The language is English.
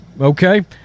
Okay